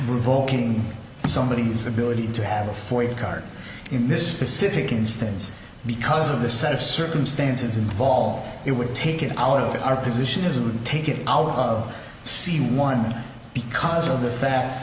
revoking somebodies ability to have a for your car in this specific instance because of the set of circumstances involved it would take it out of our position as it would take it out of scene one because of the fact